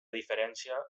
diferència